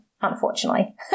unfortunately